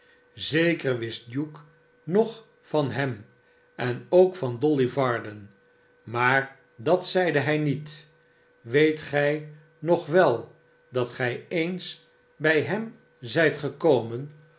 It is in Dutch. zeker wist hugh nog van hem en k van dolly varden maar dat zeide hij niet weet gij nog wel dat gij eens bij hem zijt gekomen